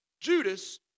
Judas